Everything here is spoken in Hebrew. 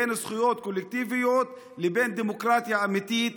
בין זכויות קולקטיביות לבין דמוקרטיה אמיתית,